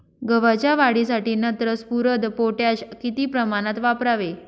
गव्हाच्या वाढीसाठी नत्र, स्फुरद, पोटॅश किती प्रमाणात वापरावे?